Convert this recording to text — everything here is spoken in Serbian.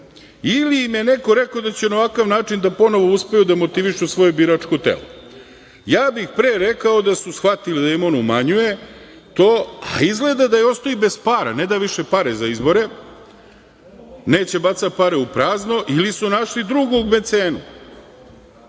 ili im je neko rekao da će na ovakav način da ponovo uspeju da motivišu svoje biračko telo? Ja bih pre rekao da su shvatili da im on umanjuje to, a izgleda da je ostao i bez para, ne da više pare za izbore, neće da baca pare u prazno, ili su našli drugog mecenu.